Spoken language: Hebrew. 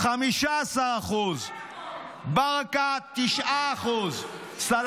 15%. עם כל הכבוד.